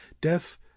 death